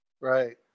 Right